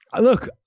Look